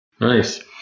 Nice